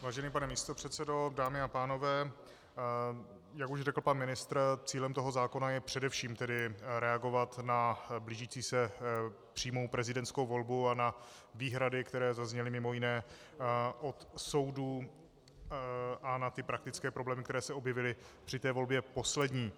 Vážený pane místopředsedo, dámy a pánové, jak už řekl pan ministr, cílem zákona je především reagovat na blížící se přímou prezidentskou volbu a na výhrady, které zazněly mimo jiné od soudů, a na praktické problémy, které se objevily při té volbě poslední.